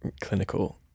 clinical